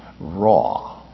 raw